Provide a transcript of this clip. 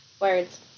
Words